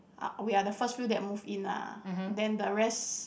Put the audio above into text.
uh we are the first few that move in lah then the rest